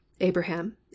abraham